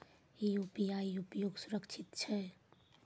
UPI उपयोग सुरक्षित छै?